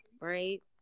right